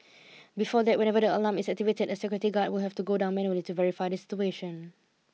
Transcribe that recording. before that whenever the alarm is activated a security guard would have to go down manually to verify the situation